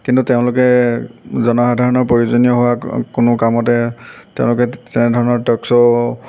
কিন্তু তেওঁলোকে জনসাধাৰণৰ প্ৰয়োজনীয় হোৱা ক কোনো কামতে তেওঁলোকে তেনে ধৰণৰ টক শ্ব'